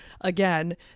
again